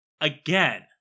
again